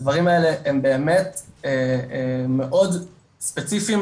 הדברים האלה הם באמת מאוד ספציפיים,